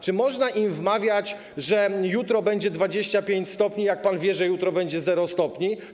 Czy można im wmawiać, że jutro będzie 25 stopni, jak pan wie, że jutro będzie 0 stopni?